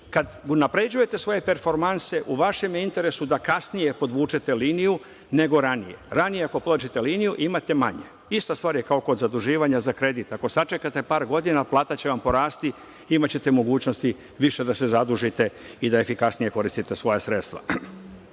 kad unapređujete svoje performanse, u vašem je interesu da kasnije podvučete liniju nego ranije. Ranije ako podvlačite liniju, imate manje. Ista stvar je kao kod zaduživanja za kredit. Ako sačekate par godina, plata će vam porasti i imaćete mogućnosti više da se zadužite i da efikasnije koristite svoja sredstva. Drugi